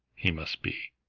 he must be.